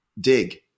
dig